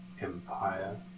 empire